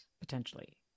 potentially